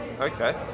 okay